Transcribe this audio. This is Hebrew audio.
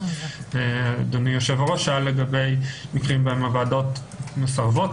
אדוני היושב-ראש שאל לגבי מקרים בהם הוועדות מסרבות